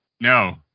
No